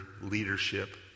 leadership